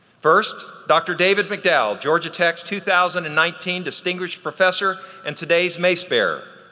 first, dr. david mcdowell, georgia tech's two thousand and nineteen distinguished professor and today's mace bearer.